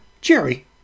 Jerry